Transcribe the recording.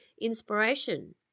inspiration